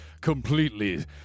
completely